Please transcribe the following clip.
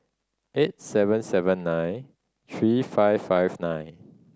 eight seven seven nine three five five nine